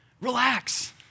relax